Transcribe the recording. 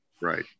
Right